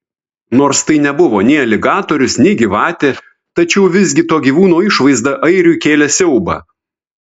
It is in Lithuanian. nors tai nebuvo nei aligatorius nei gyvatė tačiau visgi to gyvūno išvaizda airiui kėlė siaubą